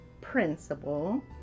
principal